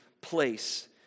place